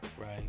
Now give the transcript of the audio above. right